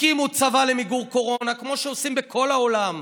תקימו צבא למיגור קורונה, כמו שעושים בכל העולם.